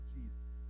Jesus